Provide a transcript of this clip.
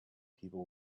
people